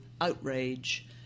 outrage